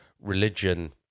religion